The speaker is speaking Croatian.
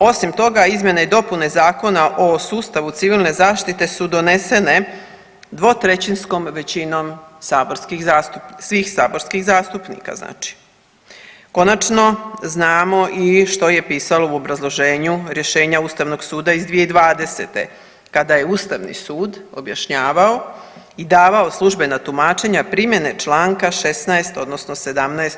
Osim toga izmjene i dopune Zakona o sustavu civilne zaštite su donesene 2/3 većinom saborskih zastupnika, svih saborskih zastupnika znači, konačno znamo i što je pisalo u obrazloženju rješenja Ustavnog suda iz 2020. kada je Ustavni sud objašnjavao i davao službena tumačenja primjene Članka 16. odnosno 17.